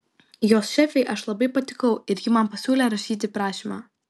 jos šefei aš labai patikau ir ji man pasiūlė rašyti prašymą